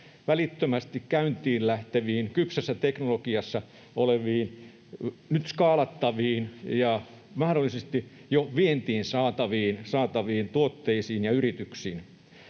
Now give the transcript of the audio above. välittömästi käyntiin lähteviin, kypsässä teknologiassa oleviin, nyt skaalattaviin ja mahdollisesti jo vientiin saataviin tuotteisiin ja yrityksiin.